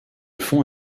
fond